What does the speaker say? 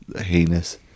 heinous